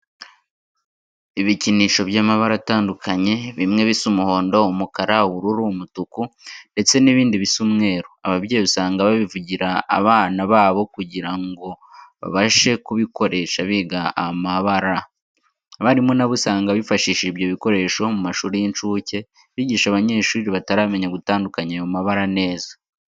Ibikinisho by'amabara atandukanye bimwe bisa umuhondo, umukara, ubururu, umutuku ndetse n'ibindi bisa umweru. Ababyeyi usanga babigurira abana babo kugira ngo babashe kubikoresha biga amabara. Abarimu nabo usanga bifashisha ibyo bikoresho mu mashuri y'incuke bigisha abanyeshuri bataramenya gutandukanya ayo mabara neza.